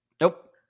Nope